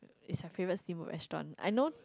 it's my favourite steamboat restaurant I know